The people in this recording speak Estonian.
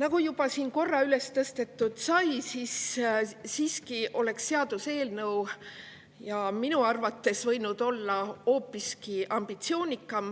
Nagu siin korra juba üles tõstetud sai, oleks seaduseelnõu minu arvates võinud olla hoopiski ambitsioonikam: